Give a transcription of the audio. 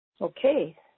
Okay